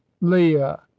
leah